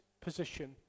position